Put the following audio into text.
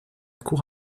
cour